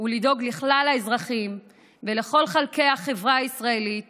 ולדאוג לכלל האזרחים ולכל חלקי החברה הישראלית